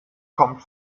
kommt